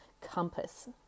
compass